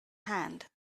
hand